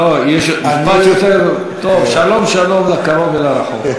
לא, יש משפט יותר טוב: "שלום שלום לקרוב ולרחוק".